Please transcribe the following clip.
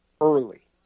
early